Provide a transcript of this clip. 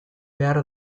behar